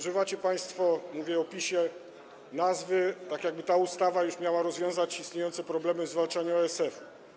Używacie państwo - mówię o PiS-ie - nazwy, tak jakby ta ustawa już miała rozwiązać istniejące problemy w zwalczaniu ASF-u.